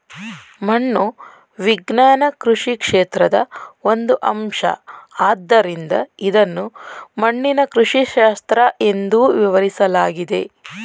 ಮಣ್ಣು ವಿಜ್ಞಾನ ಕೃಷಿ ಕ್ಷೇತ್ರದ ಒಂದು ಅಂಶ ಆದ್ದರಿಂದ ಇದನ್ನು ಮಣ್ಣಿನ ಕೃಷಿಶಾಸ್ತ್ರ ಎಂದೂ ವಿವರಿಸಲಾಗಿದೆ